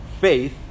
faith